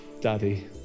Daddy